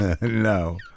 No